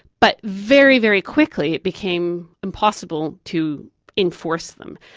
but very, very quickly it became impossible to enforce them,